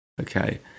okay